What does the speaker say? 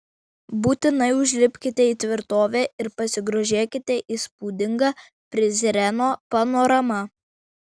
būtinai užlipkite į tvirtovę ir pasigrožėkite įspūdinga prizreno panorama